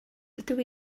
dydw